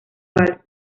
vals